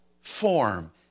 form